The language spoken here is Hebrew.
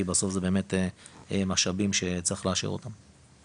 כי בסוף זה באמת משאבים שצריך לאשר אותם.